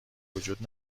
وجود